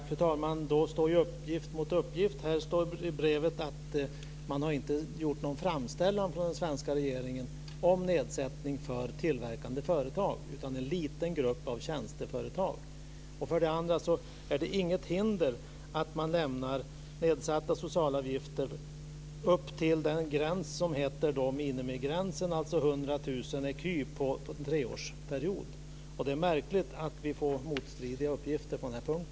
Fru talman! Då står uppgift mot uppgift. I brevet står att den svenska regeringen för det första inte har gjort någon framställan om nedsättning för tillverkande företag, utan för en liten grupp av tjänsteföretag. För det andra är det inget hinder att man tillåter nedsatta sociala avgifter upp till minimigränsen, alltså 100 000 ecu på en treårsperiod. Det är märkligt att vi får motstridiga uppgifter på den här punkten.